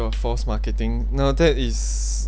of false marketing no that is